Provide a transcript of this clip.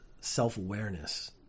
self-awareness